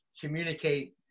communicate